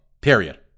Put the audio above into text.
Period